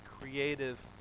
creative